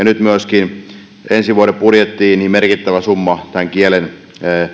nyt myöskin ensi vuoden budjettiin merkittävä summa tämän kielen